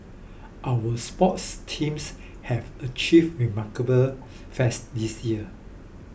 our sports teams have achieved remarkable this year